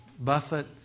Buffett